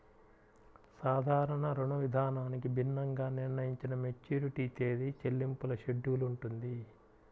సాధారణ రుణవిధానానికి భిన్నంగా నిర్ణయించిన మెచ్యూరిటీ తేదీ, చెల్లింపుల షెడ్యూల్ ఉంటుంది